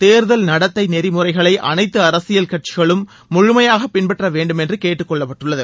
தேர்தல் நடத்தை நெறிமுறைகளை அனைத்து அரசியல் கட்சிகளும் முழுமையாக பின்பற்ற வேண்டும் என்றும் கேட்டுக் கொள்ளப்பட்டுள்ளது